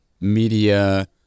media